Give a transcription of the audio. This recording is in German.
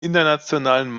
internationalen